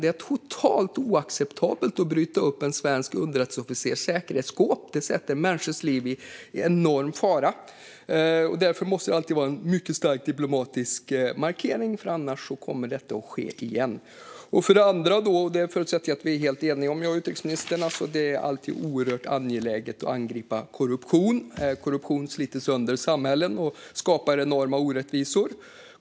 Det är totalt oacceptabelt att bryta upp en svensk underrättelseofficers säkerhetsskåp. Det sätter människors liv i enorm fara. Därför måste det alltid ske en mycket stark diplomatisk markering, för annars kommer detta att ske igen. Dessutom - och detta förutsätter jag att utrikesministern och jag är helt eniga om - är det alltid oerhört angeläget att angripa korruption. Korruption sliter sönder samhällen och skapar enorma orättvisor.